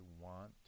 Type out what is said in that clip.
want